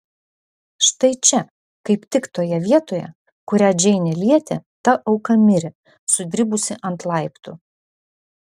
štai čia kaip tik toje vietoje kurią džeinė lietė ta auka mirė sudribusi ant laiptų